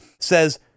Says